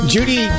Judy